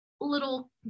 little